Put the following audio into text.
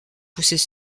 poussés